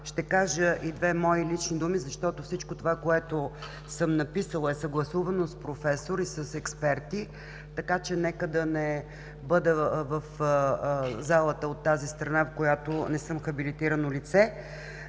Ще кажа и две мои лични думи, защото всичко това, което съм написала, е съгласувано и с професор, и с експерти, така че нека да не бъда в залата от тази страна, в която не съм хабилитирано лице.